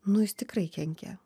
nu jis tikrai kenkia